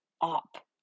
up